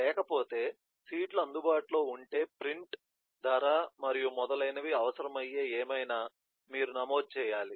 లేకపోతే సీట్లు అందుబాటులో ఉంటే ప్రింట్ ధర మరియు మొదలైనవి అవసరమయ్యే ఏమైనా మీరు నమోదు చేయాలి